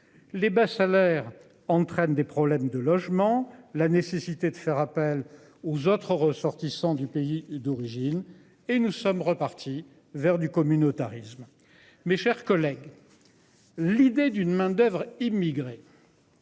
Les bas salaires entraînent des problèmes de logement, la nécessité de faire appel aux autres ressortissants du pays d'origine et nous sommes repartis vers du communautarisme. Mes chers collègues. L'idée d'une main-d'oeuvre immigrée.--